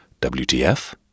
WTF